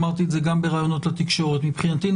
אמרתי את זה גם בראיונות לתקשורת מבחינתי,